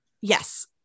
yes